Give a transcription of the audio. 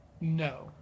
No